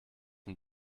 dem